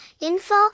info